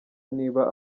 niba